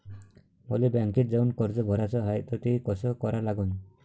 मले बँकेत जाऊन कर्ज भराच हाय त ते कस करा लागन?